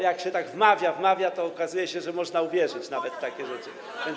Jak się tak wmawia i wmawia, to okazuje się, że można uwierzyć nawet w takie rzeczy.